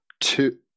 two